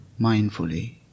mindfully